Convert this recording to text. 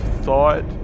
thought